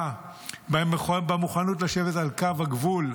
הוא סיכון ברוח הלחימה, במוכנות לשבת על קו הגבול.